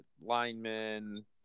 linemen